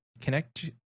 connect